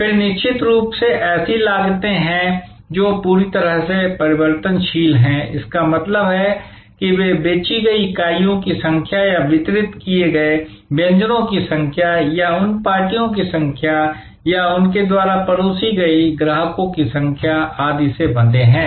फिर निश्चित रूप से ऐसी लागतें हैं जो पूरी तरह से परिवर्तनशील हैं इसका मतलब है कि वे बेची गई इकाइयों की संख्या या वितरित किए गए व्यंजनों की संख्या या उन पार्टियों की संख्या या उनके द्वारा परोसी गई ग्राहकों की संख्या आदि से बंधे हैं